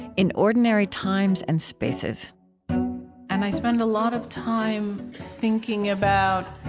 in ordinary times and spaces and i spend a lot of time thinking about,